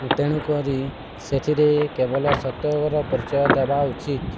ତେଣୁକରି ସେଥିରେ କେବଳ ସତ୍ୟର ପରିଚୟ ଦେବା ଉଚିତ